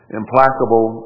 implacable